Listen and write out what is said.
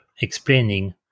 explaining